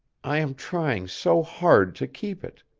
i am trying so hard to keep it.